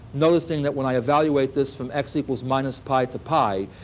noticing that when i evaluate this from x equals minus pi to pi,